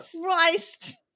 Christ